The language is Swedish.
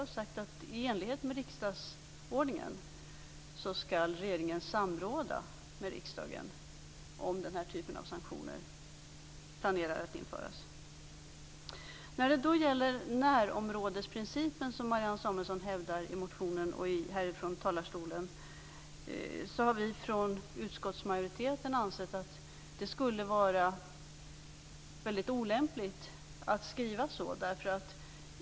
Utskottet säger att i enlighet med riksdagsordningen skall regeringen samråda med riksdagen om den här typen av sanktioner planeras att införas. När det då gäller närområdesprincipen som Marianne Samuelsson hävdar i motionen och härifrån talarstolen har vi i utskottsmajoriteten ansett att det skulle vara väldigt olämpligt att skriva så.